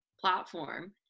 platform